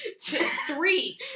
three